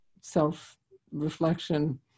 self-reflection